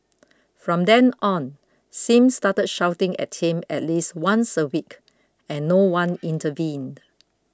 from then on Sim started shouting at him at least once a week and no one intervened